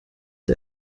der